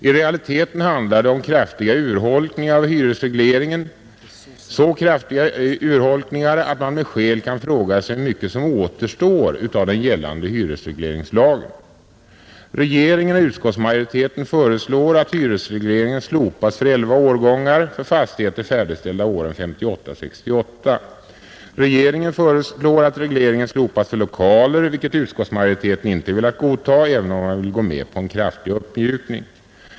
I realiteten handlar det om kraftiga urholkningar av hyresregleringen, så kraftiga, att man med skäl kan fråga sig hur mycket som återstår av den gällande hyresregleringslagen. Regeringen och utskottsmajoriteten föreslår att hyresregleringen slopas för elva årgångar av fastigheter färdigställda åren 1958—1968. Regeringen föreslår att regleringen slopas för lokaler, vilket utskottsmajoriteten inte velat godta även om man vill gå med på en kraftig uppmjukning.